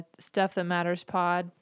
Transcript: stuffthatmatterspod